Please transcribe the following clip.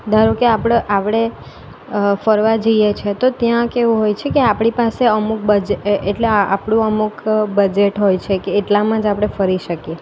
ધારો કે આપણે આવળે ફરવા જઈએ છીએ તો ત્યાં કેવું હોય છે કે આપણી પાસે અમુક બજે એટલે આપણું અમુક બજેટ હોય છે કે એટલામાં જ આપણે ફરી શકીએ